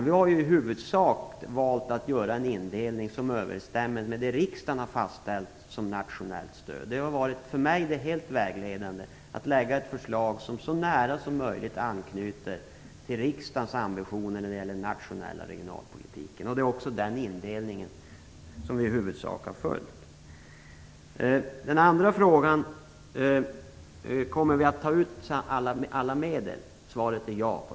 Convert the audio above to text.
Vi har i huvudsak valt att göra en indelning som överensstämmer med det som riksdagen har fastställt i form av nationellt stöd. Det för mig helt vägledande har varit att lägga fram ett förslag som så nära som möjligt anknyter till riksdagens ambitioner för den nationella regionalpolitiken. Vi har också i huvudsak följt den indelningen. På frågan om vi kommer att ta ut alla medel är svaret ja.